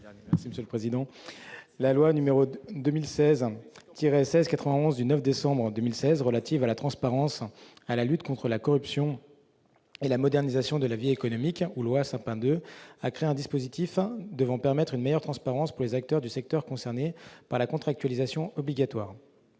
est à M. Cyril Pellevat. La loi n° 2016-1691 du 9 décembre 2016 relative à la transparence, à la lutte contre la corruption et à la modernisation de la vie économique, dite loi Sapin II, a créé un dispositif devant permettre une meilleure transparence pour les acteurs du secteur concernés par la contractualisation obligatoire.